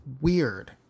weird